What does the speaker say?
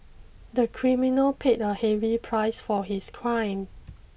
the criminal paid a heavy price for his crime